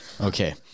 Okay